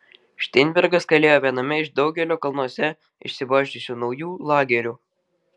šteinbergas kalėjo viename iš daugelio kalnuose išsibarsčiusių naujų lagerių